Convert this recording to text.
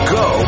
go